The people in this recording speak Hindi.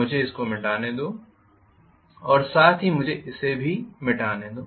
मुझे इसको मिटाने दो और साथ ही मुझे इसे भी मिटाने दो